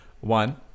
One